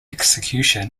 execution